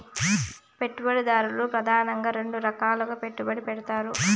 పెట్టుబడిదారులు ప్రెదానంగా రెండు రకాలుగా పెట్టుబడి పెడతారు